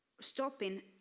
stopping